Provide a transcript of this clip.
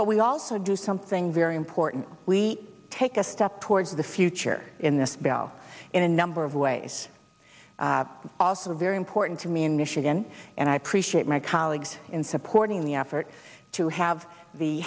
but we also do something very important we take a step towards the future in this bill in a number of ways also very important to me in michigan and i appreciate my colleagues in supporting the effort to have the